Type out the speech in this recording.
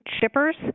shippers